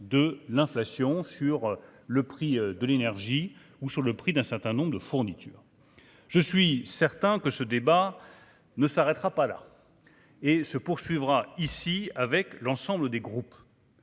de l'inflation sur le prix de l'énergie ou sur le prix d'un certain nombre de fournitures, je suis certain que ce débat ne s'arrêtera pas là et se poursuivra ici avec l'ensemble des groupes.